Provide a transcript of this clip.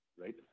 right